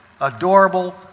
adorable